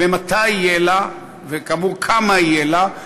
ממתי יהיה לה וכאמור כמה יהיה לה,